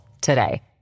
today